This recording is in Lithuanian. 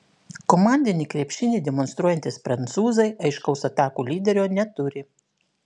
komandinį krepšinį demonstruojantys prancūzai aiškaus atakų lyderio neturi